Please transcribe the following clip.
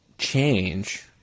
change